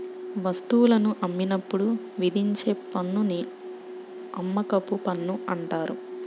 వస్తువులను అమ్మినప్పుడు విధించే పన్నుని అమ్మకపు పన్ను అంటారు